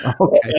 Okay